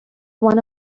one